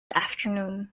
afternoon